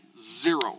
Zero